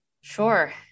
Sure